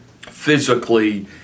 physically